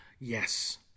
Yes